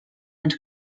and